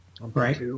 Right